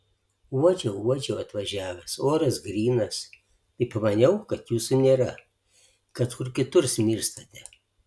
uodžiau uodžiau atvažiavęs oras grynas tai pamaniau kad jūsų nėra kad kur kitur smirstate